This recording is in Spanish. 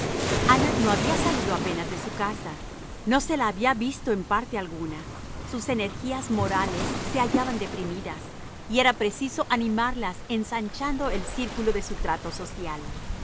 ana no había salido apenas dé su casa no se la había visto en parte alguna sus energías morales se hallaban deprimidas y era preciso animarlas ensanchando el círculo de su trato social